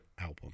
album